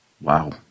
Wow